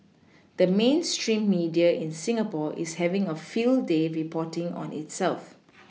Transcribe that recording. the mainstream media in Singapore is having a field day reporting on itself